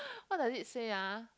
what does it say ah